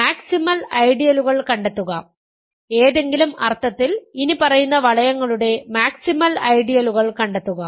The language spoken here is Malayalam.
മാക്സിമൽ ഐഡിയലുകൾ കണ്ടെത്തുക ഏതെങ്കിലും അർത്ഥത്തിൽ ഇനിപ്പറയുന്ന വളയങ്ങളുടെ മാക്സിമൽ ഐഡിയലുകൾ കണ്ടെത്തുക